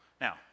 Now